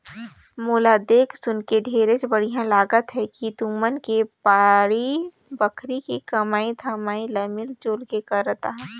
मोला देख सुनके ढेरेच बड़िहा लागत हे कि तुमन के बाड़ी बखरी के कमई धमई ल मिल जुल के करत अहा